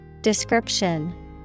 Description